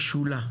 ישולה,